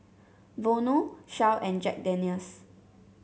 Vono Shell and Jack Daniel's